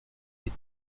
est